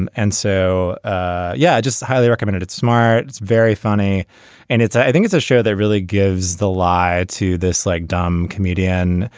and and so ah yeah i just highly recommended it smart it's very funny and it's i think it's a show that really gives the lie to this like dumb comedian